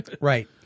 right